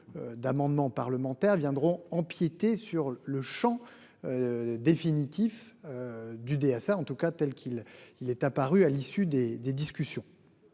D'amendements parlementaires viendront empiéter sur le champ. Définitif. Du DSA en tout cas telle qu'il, il est apparu à l'issue des des discussions.